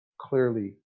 clearly